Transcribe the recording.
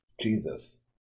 Jesus